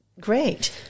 great